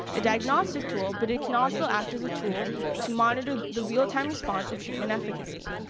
a diagnostic tool, but it can also act as a tool to monitor the real-time response of treatment efficacy.